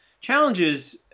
challenges